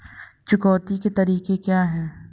चुकौती के तरीके क्या हैं?